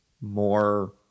more